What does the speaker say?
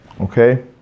okay